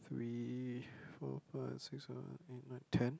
three four five six seven eight nine ten